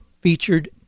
featured